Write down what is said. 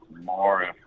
More